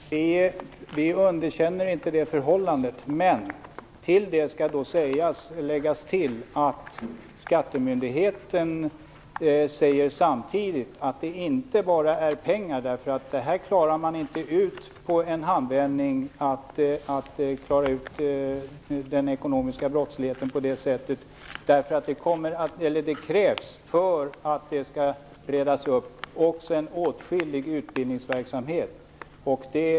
Fru talman! Vi underkänner inte det förhållandet, men till det skall läggas att Skattemyndigheten samtidigt säger att det inte bara är pengar som behövs. Man klarar inte ut den ekonomiska brottsligheten i en handvändning. För att situationen skall redas upp krävs också en avsevärd utbildningsverksamhet.